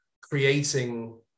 creating